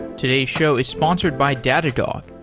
today's show is sponsored by datadog,